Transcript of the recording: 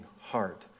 heart